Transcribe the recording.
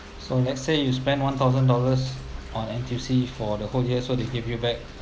so let's say you spend one thousand dollars on N_T_U_C for the whole year so they give you back